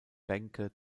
bänke